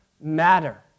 matter